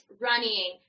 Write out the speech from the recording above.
running